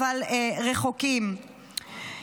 אבל רחוקים.